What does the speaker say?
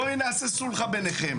בואי נעשה סולחה ביניכם.